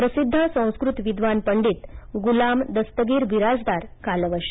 प्रसिद्ध संस्कृत विद्वान पंडित गुलाम दस्तगीर बिराजदार कालवश